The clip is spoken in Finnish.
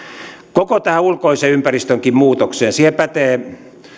koko tähän ulkoisen ympäristönkin muutokseen pätee